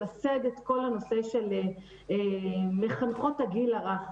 למסד את כל הנושא של מחנכות הגיל הרך,